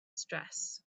stress